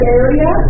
area